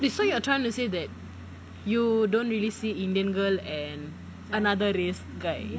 eh so you are trying to say that you don't really see indian girl and another race guy